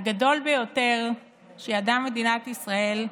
הגדול ביותר שידעה מדינת ישראל,